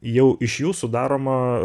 jau iš jų sudaroma